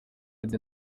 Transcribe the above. meddy